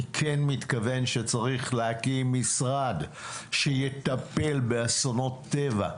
אני כן מתכוון שצריך להקים משרד שיטפל באסונות טבע,